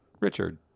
Richard